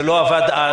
זה לא עבד אז.